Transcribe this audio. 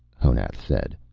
honath said.